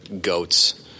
goats